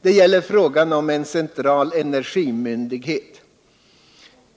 Det gäller frågan om en central energimyndighet.